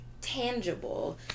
tangible